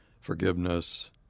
forgiveness